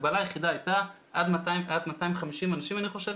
ההגבלה היחידה הייתה עד 250 אנשים באירוע אני חושב.